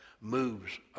moves